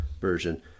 version